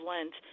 Lent